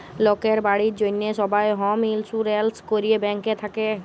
লকের বাড়ির জ্যনহে সবাই হম ইলসুরেলস ক্যরে ব্যাংক থ্যাকে